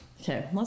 Okay